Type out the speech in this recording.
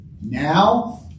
now